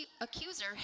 accuser